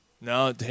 No